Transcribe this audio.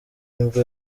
nibwo